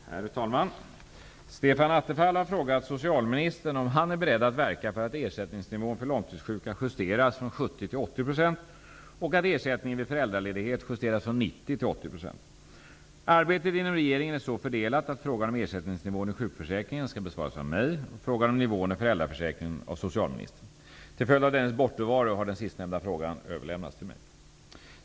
Herr talman! Stefan Attefall har frågat socialministern om han är beredd att verka för att ersättningsnivån för långtidssjuka justeras från 70 till 80 % och att ersättningen vid föräldraledighet justeras från 90 till 80 %. Arbetet inom regeringen är så fördelat att frågan om ersättningsnivån i sjukförsäkringen skall besvaras av mig och frågan om nivån i föräldraförsäkringen av socialministern. Till följd av dennes bortovaro har den sistnämnda frågan överlämnats till mig.